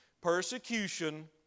persecution